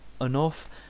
enough